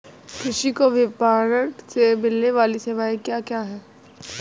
कृषि को विपणन से मिलने वाली सेवाएँ क्या क्या है